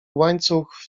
łańcuch